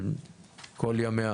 כל ימיה